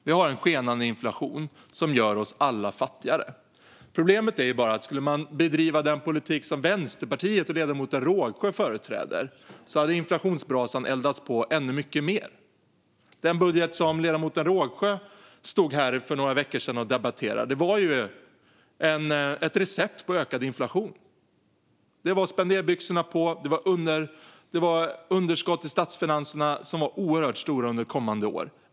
Vi har en skenande inflation som gör oss alla fattigare. Problemet är bara att om man skulle bedriva den politik som Vänsterpartiet och ledamoten Rågsjö företräder hade inflationsbrasan eldats på ännu mer. Den budget som ledamoten Rågsjö stod här för några veckor sedan och debatterade var ett recept på ökad inflation. Det var spenderbyxorna på, och det var underskott i statsfinanserna som var oerhört stora för kommande år.